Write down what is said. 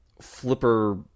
flipper